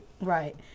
right